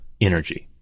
energy